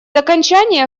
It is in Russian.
окончания